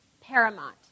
paramount